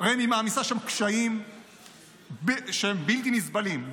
רמ"י מעמיסה שם קשיים בלתי נסבלים,